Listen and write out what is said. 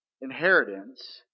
inheritance